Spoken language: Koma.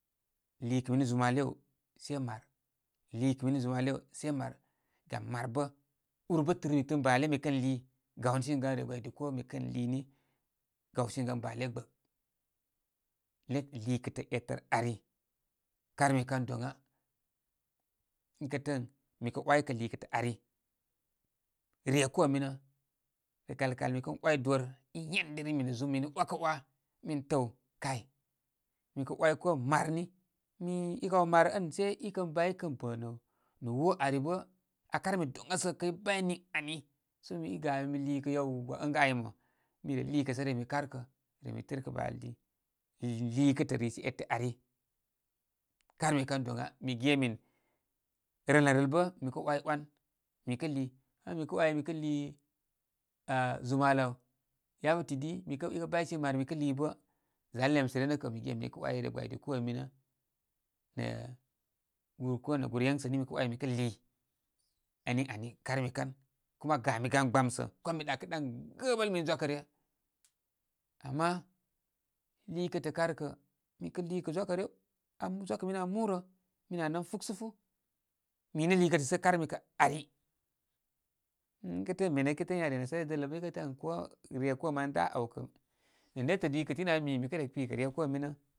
Liikə minə zumalewse maa lúkə minə zumalewse maar. Gam maar bə, ur bə tɨrmi tɨn bale mi kən lii gawni simi gan rye gbaydi koo. Mikən lii ni gawsimi gan bale gbək. Lii kətə eter ari karmi kan doŋa. Ikə təə ən mi kə waykə liikətə ari, rye koo minə, rə kal kal mi kən ‘way dor, i yen diri mi nə zúm ‘wakə ‘wa min təw, kay mi kə ‘way ko maar ni, mi i kaw maar ən sei ikən bau i kən təw nə woo ari bə aa karmi dorya sə kəy bay niŋ ani so i gami mi liikə yawa yaw əŋga áymə mi liikə sə remi kawkə, sə remi tɨrkə balə di. Lii kətə rishe ete ari karmi kan doŋa. Mi ge min, rəl nə rəl bə mi kə ‘way ‘wan mikə lii-mi kə ‘way mi kə lii áh zumalə áw, yabə tidi i baysimi maar mikə lii bə zanə lemsə ryə nə kə mige min mikə ‘way rye gbaydi koo minə nə gúr koo nə gúr yeŋsə nə mi kə ‘way mi kə lii. Ən niani karmi kan kuma gami gan gbamsə kuma ami ɗakəɗan gəbəl min zwakəryə. Ama liikətə kar kə, mikə lii kə zwakə ryə, zwákə minə aa múrə, mi na nan fúk səfú. Minə liikətə sə karmi kə ari. Ikə təə ən mene i təə ən aa re nasarai dələ bə, ikə təə ən ko rye koo manə da áw kə nə nétə liikətə inə ari bə mikə mikə re kpikə rye koo minə.